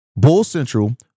BULLCENTRAL